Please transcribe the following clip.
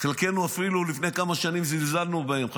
לפני כמה שנים חלקנו אפילו זלזלנו בהם,